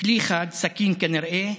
בכלי חד, סכין כנראה,